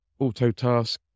Autotask